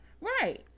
Right